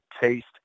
taste